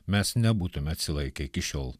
mes nebūtume atsilaikę iki šiol